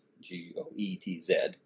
G-O-E-T-Z